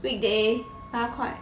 weekday 八块